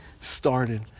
started